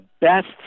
best